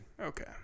Okay